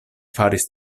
faris